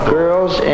girls